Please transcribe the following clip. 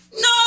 no